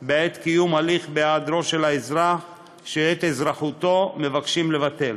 בעת קיום הליך בהיעדרו של האזרח שאת אזרחותו מבקשים לבטל.